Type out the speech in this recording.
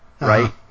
right